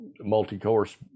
multi-course